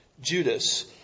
Judas